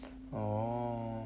oh